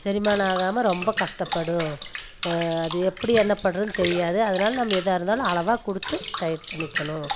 செரிமானம் ஆகாமல் ரொம்ப கஷ்டப்படும் அது எப்படி என்ன பண்ணுறதுனு தெரியாது அதனால நம்ம எதாக இருந்தாலும் அளவாக கொடுத்து கரெக்ட் பண்ணிக்கணும்